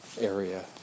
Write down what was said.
area